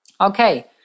Okay